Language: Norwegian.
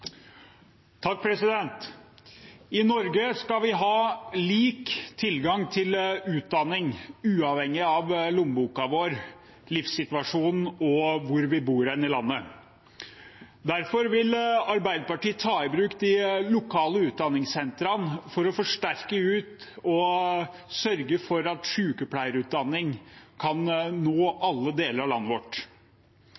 I Norge skal vi ha lik tilgang til utdanning, uavhengig av lommeboken vår, livssituasjonen og hvor vi bor i landet. Derfor vil Arbeiderpartiet ta i bruk de lokale utdanningssentra for å forsterke dem og sørge for at sykepleierutdanning kan nå